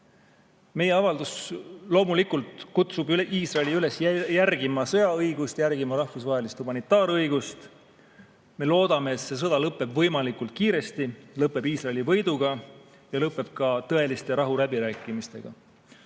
Meie avaldus loomulikult kutsub Iisraeli üles järgima sõjaõigust, järgima rahvusvahelist humanitaarõigust. Me loodame, et see sõda lõpeb võimalikult kiiresti, lõpeb Iisraeli võiduga ja lõpeb ka tõeliste rahuläbirääkimistega